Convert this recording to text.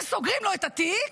וסוגרים לו את התיק.